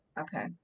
Okay